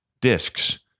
discs